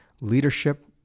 leadership